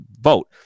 vote